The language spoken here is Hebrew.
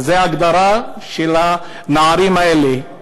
אז זאת ההגדרה של הנערים האלה,